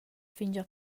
fingià